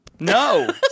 No